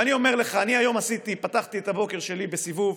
ואני אומר לך, היום פתחתי את הבוקר שלי בסיבוב